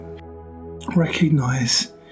recognize